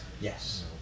yes